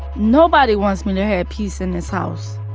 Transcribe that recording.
nobody wants me to have peace in this house.